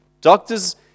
Doctors